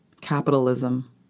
capitalism